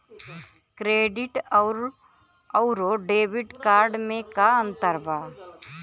Credit अउरो debit card मे का अन्तर बा?